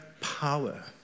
power